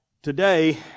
Today